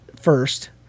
first